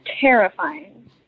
Terrifying